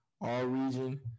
All-Region